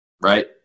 right